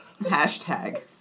Hashtag